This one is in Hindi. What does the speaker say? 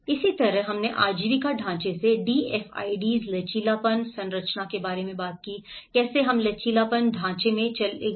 इसी तरह हमने आजीविका ढांचे से DFIDs लचीलापन संरचना के बारे में बात की कैसे हम लचीलापन ढांचे में चले गए